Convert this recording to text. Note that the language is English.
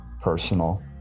personal